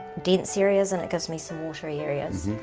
dense areas, and gives me some watery areas.